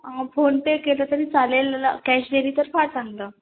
phone पे केलं तरी चालेल ला कॅश दिली तर फार चांगलं